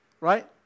right